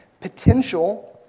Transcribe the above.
potential